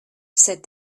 said